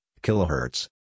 kilohertz